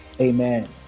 Amen